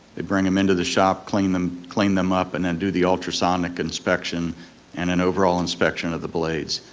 they bring them into the shop, clean them clean them up, and then do the ultrasonic inspection and an overall inspection of the blades.